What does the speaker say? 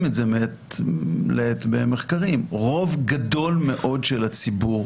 את זה מעת לעת במחקרים שרוב גדול מאוד של הציבור